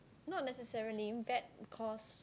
not necessarily bad cause